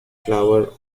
flower